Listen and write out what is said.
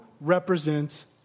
represents